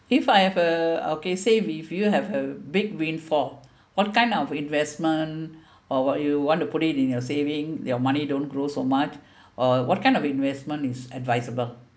if I have a okay say if you have a big rainfall what kind of investment or what you want to put it in your saving your money don't grow so much uh what kind of investment is advisable